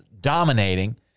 dominating